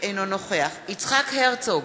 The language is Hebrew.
אינו נוכח יצחק הרצוג,